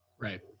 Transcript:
Right